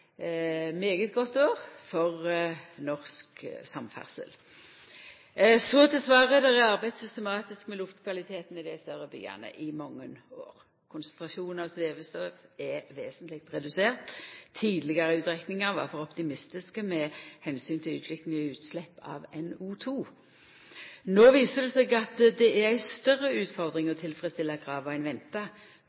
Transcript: godt år for norsk samferdsel! Så til svaret: Det er arbeidd systematisk med luftkvaliteten i dei store byane i mange år. Konsentrasjonen av svevestøv er vesentleg redusert. Tidlegare utrekningar var for optimistiske med omsyn til utviklinga i utslepp av NO2. No viser det seg at det er ei større utfordring å tilfredsstilla krava